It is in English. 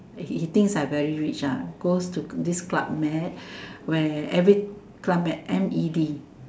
he he thinks I very rich ah goes to this club med where every club med M E D